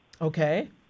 okay